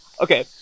Okay